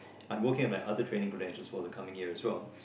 I am working like other training plan just for the coming year as well